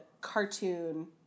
cartoon